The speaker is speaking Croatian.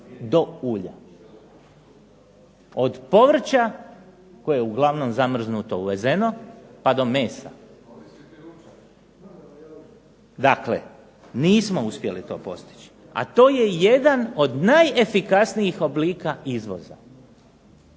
do ulja, od povrća koje je uglavnom zamrznuto uvezeno, pa do mesa. Dakle nismo uspjeli to postići, a to je jedan od najefikasnijih oblika izvoza.